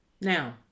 Now